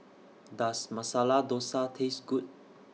Does Masala Dosa Taste Good